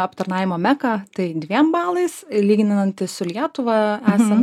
aptarnavimo meką tai dviem balais lyginantis su lietuva esam